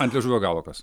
ant liežuvio galo kas